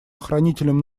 охранителем